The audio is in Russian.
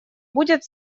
будет